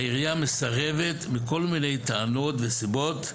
העירייה מסרבת מכל מיני טענות וסיבות,